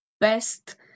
best